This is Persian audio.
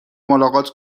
ملاقات